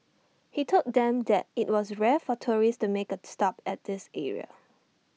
he told them that IT was rare for tourists to make A stop at this area